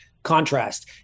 Contrast